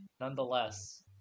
nonetheless